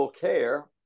care